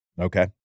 okay